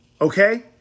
okay